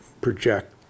project